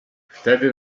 wtedy